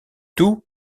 tout